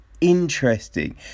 Interesting